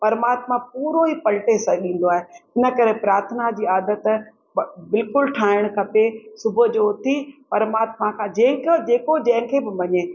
परमात्मा पूरो ई पलटे सघंदो आहे इन करे प्रार्थना जी आदत बिल्कुलु ठाहिणु खपे सुबुह जो उथी परमात्मा खां जेक जेको जंहिंखें बि मञे